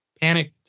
panicked